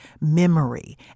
memory